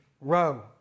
Row